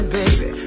baby